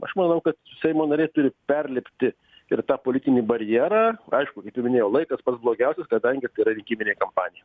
aš manau kad seimo nariai turi perlipti ir tą politinį barjerą aišku kaip jau minėjau laikas pats blogiausias kadangi tai yra rinkiminė kampanija